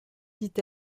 dit